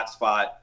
hotspot